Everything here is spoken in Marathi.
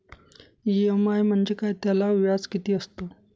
इ.एम.आय म्हणजे काय? त्याला व्याज किती असतो?